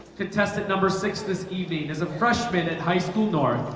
to test it number six this evening is a freshman at high school north,